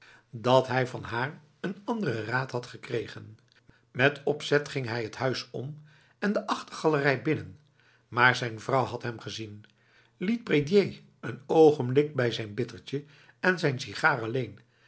dat hij van haar een andere raad had gekregen met opzet ging hij het huis om en de achtergalerij binnen maar zijn vrouw had hem gezien liet prédier n ogenblik bij zijn bittertje en zijn sigaar